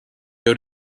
owed